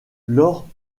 lors